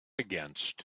against